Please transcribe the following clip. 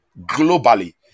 globally